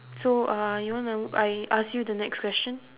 so uh you wanna I ask you the next question